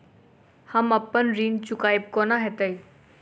हम अप्पन ऋण चुकाइब कोना हैतय?